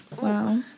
Wow